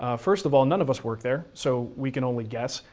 ah first of all, none of us work there, so we can only guess.